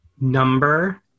number